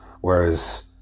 Whereas